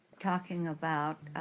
talking about,